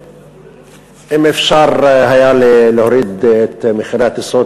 אם אפשר היה להוריד את מחירי הטיסות,